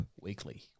weekly